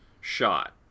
shot